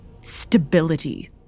stability